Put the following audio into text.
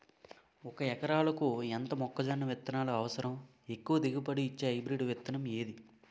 ఒక ఎకరాలకు ఎంత మొక్కజొన్న విత్తనాలు అవసరం? ఎక్కువ దిగుబడి ఇచ్చే హైబ్రిడ్ విత్తనం ఏది?